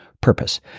purpose